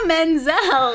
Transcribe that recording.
Menzel